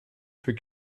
für